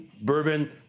bourbon